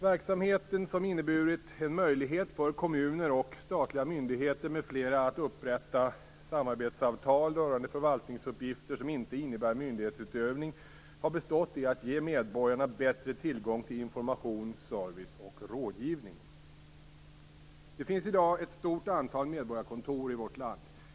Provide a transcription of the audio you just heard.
Verksamheten, som inneburit en möjlighet för kommuner och statliga myndigheter m.fl. att upprätta samarbetsavtal rörande förvaltningsuppgifter som inte innebär myndighetsutövning, har bestått i att ge medborgarna bättre tillgång till information, service och rådgivning. Det finns i dag ett stort antal medborgarkontor i vårt land.